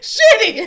Shitty